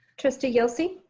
trustee yelsey.